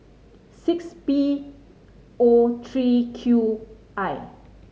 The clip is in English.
six P O three Q I